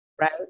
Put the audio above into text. right